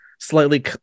Slightly